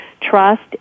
trust